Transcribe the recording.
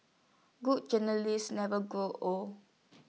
good journalist never grows old